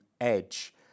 edge